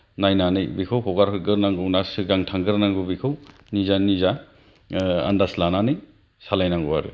नायनानै बेखौ हगारग्रोनांगौ ना सिगां थांग्रोनांगौ बेखौ निजा निजा आन्दाज लानानै सालायनांगौ आरो